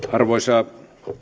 arvoisa